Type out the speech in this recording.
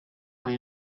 hari